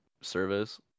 service